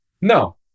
No